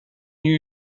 new